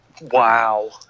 wow